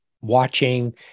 watching